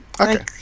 Okay